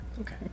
okay